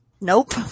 Nope